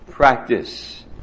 practice